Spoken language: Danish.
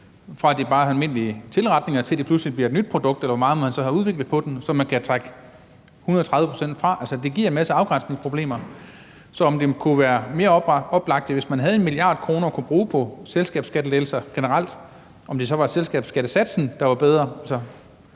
fra det bare er almindelige tilretninger, til det pludselig bliver et nyt produkt, altså hvor meget må man have udviklet på det, så man kan trække 130 pct. fra? Altså, det giver en masse afgrænsningsproblemer. Så jeg vil høre, hvad der kunne være mest oplagt, hvis man havde 1 mia. kr. at kunne bruge på selskabsskattelettelser generelt. Var det så selskabsskattesatsen, der var bedre, altså